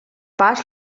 pas